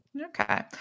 Okay